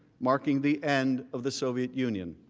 marking the end of the soviet union.